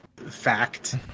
fact